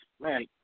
Man